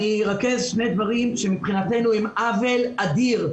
ארכז שני דברים שמבחינתנו הם עוול אדיר,